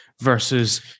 versus